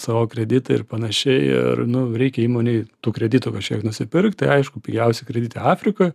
c o kreditai ir panašiai ir nu reikia įmonei tų kreditų kažkiek nusipirkt tai aišku pigiausi kreditai afrikoj